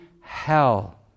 hell